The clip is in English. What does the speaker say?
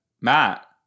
Matt